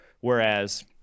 Whereas